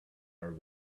are